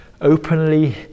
openly